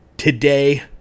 Today